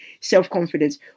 self-confidence